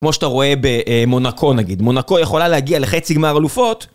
כמו שאתה רואה ב-א-מונאקו נגיד, מונאקו יכולה להגיע לחצי-גמר אלופות,